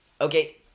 Okay